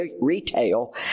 retail